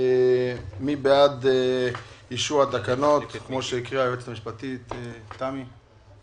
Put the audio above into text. מי בעד אישור התקנות כפי שהוקראו על ידי היועצת המשפטית תמי פרידמן?